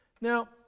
Now